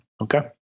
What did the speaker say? Okay